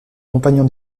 compagnon